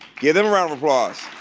give them a round of applause.